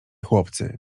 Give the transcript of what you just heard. chłopcy